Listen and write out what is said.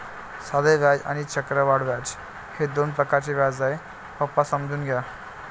साधे व्याज आणि चक्रवाढ व्याज हे दोन प्रकारचे व्याज आहे, पप्पा समजून घ्या